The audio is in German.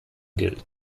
gilt